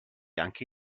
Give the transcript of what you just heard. anche